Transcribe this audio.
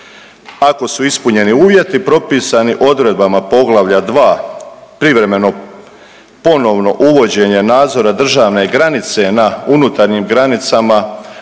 Ako su ispunjeni uvjeti propisani odredbama Poglavlja 2. privremeno ponovno uvođenje nadzora državne granice na unutarnjim granicama